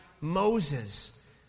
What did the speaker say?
Moses